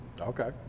Okay